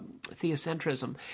theocentrism